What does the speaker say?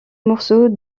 morceaux